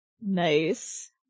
nice